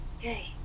Okay